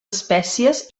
espècies